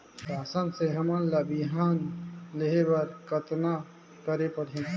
शासन से हमन ला बिहान लेहे बर कतना करे परही?